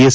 S